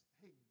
hey